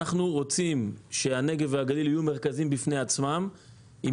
אנחנו רוצים שהנגב והגליל יהיו מרכזים בפני עצמם עם